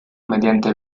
mediante